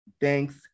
Thanks